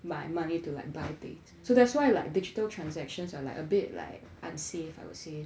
my money to like buy things so that's why like digital transactions are like a bit like unsafe I will say